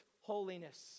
holiness